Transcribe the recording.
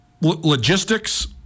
logistics